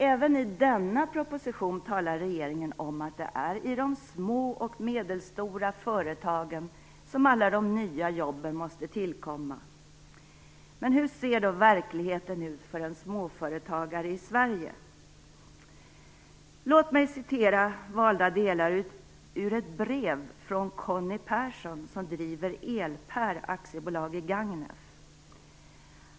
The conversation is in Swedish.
Även i denna proposition talar regeringen om att det är i de små och medelstora företagen som alla de nya jobben måste tillkomma. Men hur ser då verkligheten ut för en småföretagare i Sverige? Låt mig citera valda delar ur ett brev från Conny Persson, som driver EL-PER AB i Gagnef.